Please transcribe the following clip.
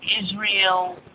Israel